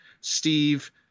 Steve